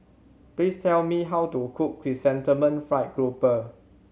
please tell me how to cook Chrysanthemum Fried Grouper